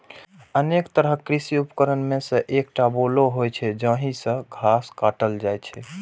अनेक तरहक कृषि उपकरण मे सं एकटा बोलो होइ छै, जाहि सं घास काटल जाइ छै